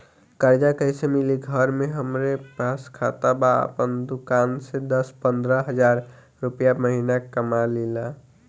कर्जा कैसे मिली घर में हमरे पास खाता बा आपन दुकानसे दस पंद्रह हज़ार रुपया महीना कमा लीला?